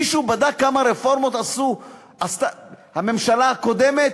מישהו בדק כמה רפורמות עשתה הממשלה הקודמת?